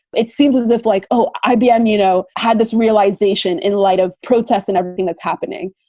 it seems as if like, oh, ibm, you know, had this realization in light of protests and everything that's happening.